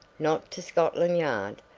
not to scotland yard,